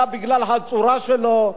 אלא בגלל הצורה שלו,